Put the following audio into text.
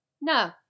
No